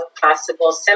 possible